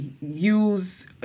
use